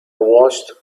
watched